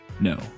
no